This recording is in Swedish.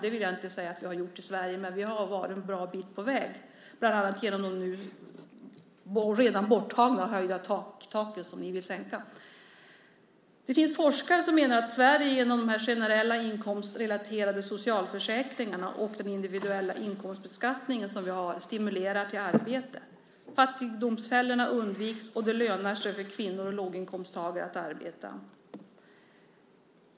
Det vill jag inte säga att vi gjort i Sverige, men vi har varit en bra bit på väg, bland annat genom de borttagna och höjda taken - de som ni vill sänka. Det finns forskare som menar att Sverige genom de generella inkomstrelaterade socialförsäkringarna och den individuella inkomstbeskattning som vi har stimulerar till arbete. Fattigdomsfällorna undviks och det lönar sig för kvinnor och låginkomsttagare att arbeta.